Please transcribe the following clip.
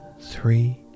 three